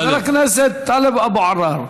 חבר הכנסת טלב אבו עראר.